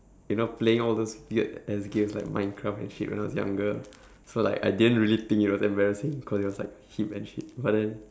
you know playing all those weird ass games like minecraft and shit when I was younger so like I didn't really think it was embarrassing because it was like hip and shit but then